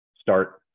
Start